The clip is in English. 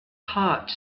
heart